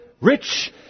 rich